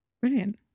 Brilliant